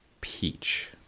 peach